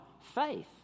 faith